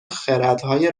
خردهای